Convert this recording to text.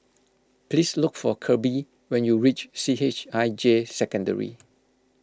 please look for Kirby when you reach C H I J Secondary